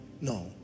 No